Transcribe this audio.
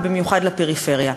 ובמיוחד לפריפריה.